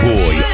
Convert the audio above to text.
Boy